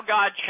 God